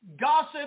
Gossip